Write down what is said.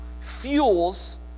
fuels